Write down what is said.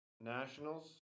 nationals